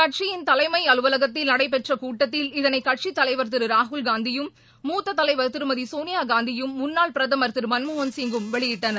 கட்சியின் தலைமை அலுவலகத்தில் நடைபெற்ற கூட்டத்தில் இதனை கட்சித் தலைவா் திரு ராகுல்காந்தியும் மூத்த தலைவர் திருமதி சோனியாகாந்தியும் முன்னாள் பிரதமர் திரு மன்மோகன்சிங்கும் வெளியிட்டனர்